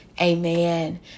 amen